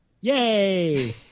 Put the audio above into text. Yay